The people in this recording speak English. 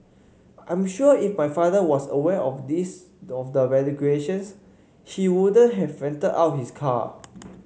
I'm sure if my father was aware of this the of the regulations he wouldn't have rented out his car